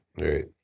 Right